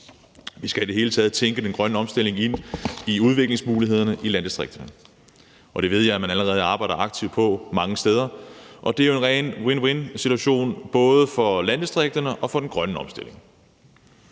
Vi skal i det hele taget tænke den grønne omstilling ind i udviklingsmulighederne i landdistrikterne, og det ved jeg man allerede arbejder aktivt på mange steder. Det er jo en ren win-win-situation, både for landdistrikterne og for den grønne omstilling.